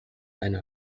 eine